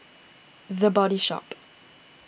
the Body Shop